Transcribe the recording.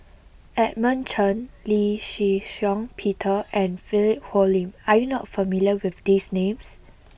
Edmund Chen Lee Shih Shiong Peter and Philip Hoalim are you not familiar with these names